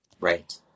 Right